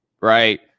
right